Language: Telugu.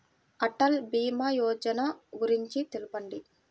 అటల్ భీమా యోజన గురించి తెలుపండి?